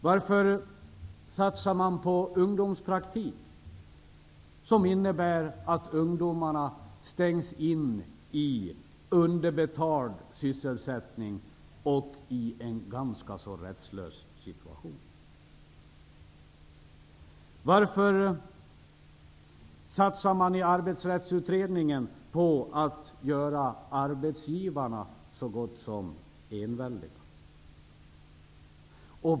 Varför satsar man på ungdomspraktik som innebär att ungdomarna stängs in i underbetald sysselsättning och försätts i en ganska så rättslös situation. Varför satsar man i Arbetsrättsutredningen på att göra arbetsgivarna så gott som enväldiga?